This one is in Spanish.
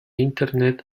internet